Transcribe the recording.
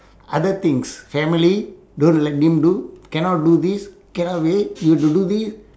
other things family don't let them do cannot do this cannot wait you have to do this